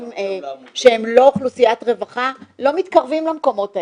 שהם לא אוכלוסיות רווחה לא מתקרבים למקומות האלה,